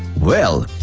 well,